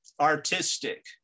artistic